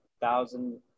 thousand